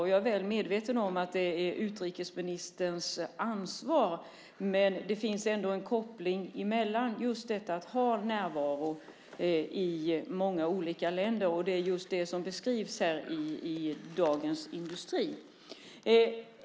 Jag är väl medveten om att det är utrikesministerns ansvarsområde, men det finns ändå en koppling mellan närvaro i många i olika länder och det som beskrivs i Dagens Industri.